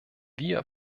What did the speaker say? wir